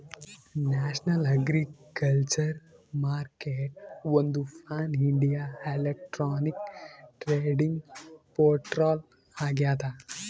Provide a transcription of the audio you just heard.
national agriculture ಮಾರ್ಕೆಟ್ಒಂದು pan India electronic trading portal ಆಗ್ಯದ